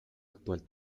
actual